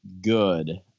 good